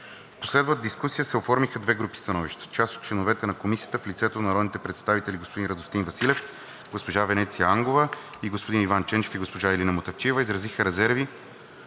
В последвалата дискусия се оформиха две групи становища. Част от членовете на Комисията в лицето на народните представители господин Радостин Василев, госпожа Венеция Ангова, господин Иван Ченчев и госпожа Илина Мутафчиева изразиха резерви